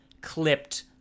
clipped